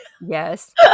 Yes